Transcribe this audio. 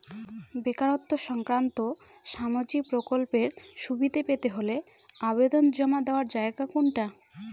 বেকারত্ব সংক্রান্ত সামাজিক প্রকল্পের সুবিধে পেতে হলে আবেদন জমা দেওয়ার জায়গা কোনটা?